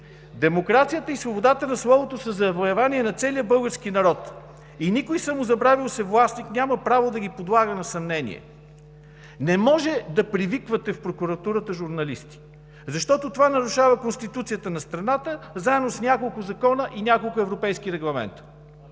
Демокрацията и свободата на словото са завоевание на целия български народ и никой самозабравил се властник няма право да ги подлага на съмнение. Не може да привиквате в прокуратурата журналисти, защото това нарушава Конституцията на страната заедно с няколко закона и няколко европейски регламента.